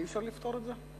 אי-אפשר לפתור את זה?